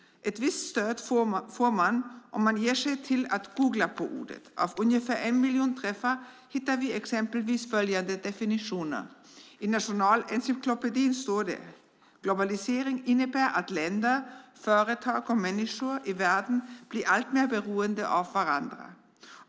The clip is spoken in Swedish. Ett visst stöd får vi om man ger sig till att googla på ordet. Av ungefär en miljon träffar hittar vi exempelvis följande definitioner. I Nationalencyklopedin står det: Globalisering innebär att länder, företag och människor i världen blir alltmer beroende av varandra.